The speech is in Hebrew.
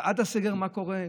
ועד הסגר, מה קורה?